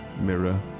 mirror